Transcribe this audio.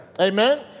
Amen